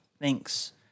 Thanks